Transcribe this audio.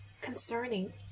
concerning